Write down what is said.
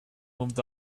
moved